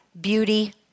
beauty